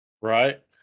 Right